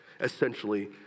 essentially